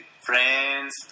friends